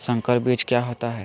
संकर बीज क्या होता है?